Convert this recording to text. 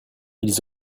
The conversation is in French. ils